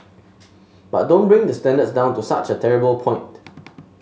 but don't bring the standards down to such a terrible point